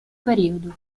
periodo